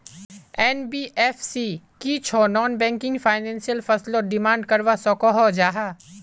NBFC की छौ non banking financial फसलोत डिमांड करवा सकोहो जाहा?